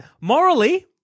Morally